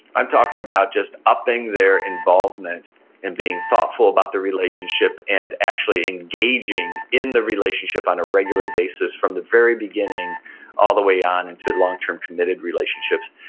i'm talking about just upping their involvement and being thoughtful about the relationship and actually engaging in the relationship on a regular basis from the very beginning all the way on into longterm committed relationships.